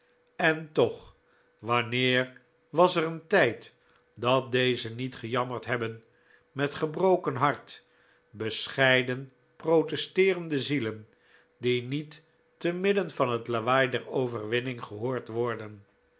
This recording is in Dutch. en toch wanneer was er een tijd dat deze niet gejammerd hebben met gebroken hart bescheiden protesteerende zielen die niet te midden van het lawaai der overwinning gehoord worden